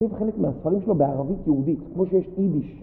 אם חלק מהספרים שלו בערבית-יהודית כמו שיש יידיש